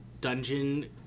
dungeon